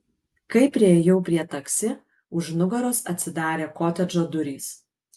kai priėjau prie taksi už nugaros atsidarė kotedžo durys